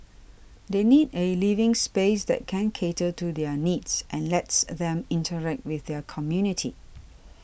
they need a living space that can cater to their needs and lets a them interact with their community